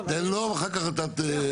תן לו, ואחר כך את התדבר.